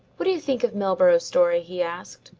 what do you think of milburgh's story? he asked,